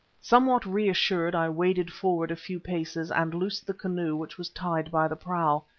somewhat reassured i waded forward a few paces and loosed the canoe which was tied by the prow.